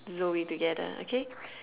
Zoe together okay